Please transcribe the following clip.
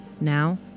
Now